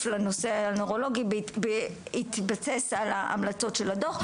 לנושא הנוירולוגי בהתבסס על ההמלצות של הדו"ח.